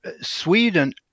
Sweden